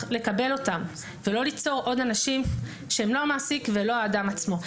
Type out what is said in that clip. לקבל אותם ולא ליצור עוד אנשים שהם לא המעסיק ולא האדם עצמו.